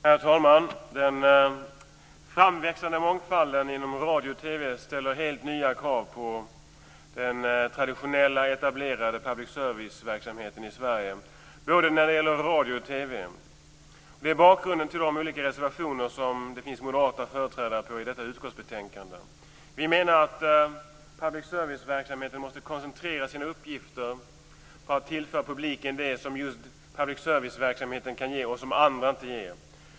Herr talman! Den framväxande mångfalden inom radio och TV ställer helt nya krav på den traditionella, etablerade public service-verksamheten i Sverige när det gäller både radio och TV. Det är bakgrunden till de olika reservationer som företrädare för moderaterna har fogat till detta utskottsbetänkande. Vi menar att public service-verksamheten måste koncentrera sig på uppgiften att tillföra publiken det som bara public service-verksamheten kan ge och som andra inte ger.